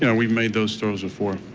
you know we made those throws before.